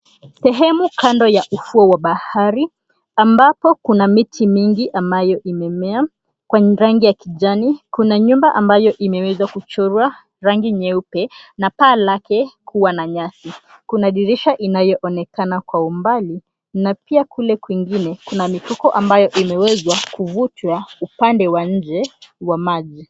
Sehemu kando ya ufuo wa bahari ambapo kuna miti mingi ambayo imemea kwa rangi ya kijani. Kuna nyumba ambayo imewezwa kuchorwa rangi nyeupe na paa lake kuwa na nyasi. Kuna dirisha inayoonekana ka umbali na pia kule kwingine kuna mifuko ambayo imewezwa kuvutwa upande wa nje wa maji.